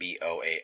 BOA